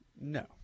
No